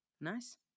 nice